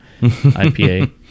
IPA